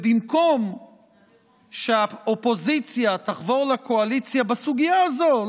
במקום שהאופוזיציה תחבור לקואליציה בסוגיה הזאת,